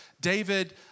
David